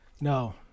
No